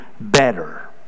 better